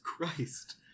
Christ